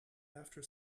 after